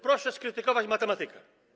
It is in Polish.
Proszę skrytykować matematykę.